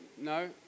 No